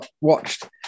watched